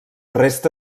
resta